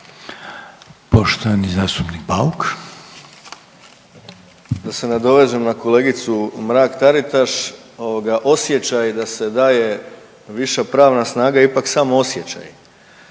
Arsen (SDP)** Da se nadovežem na kolegicu Mrak Taritaš ovoga osjećaj je da se daje viša pravna snaga ipak samo osjećaj.